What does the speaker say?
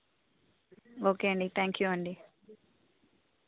okay అండి thank you అండి